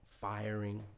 firing